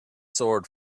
sword